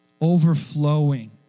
Overflowing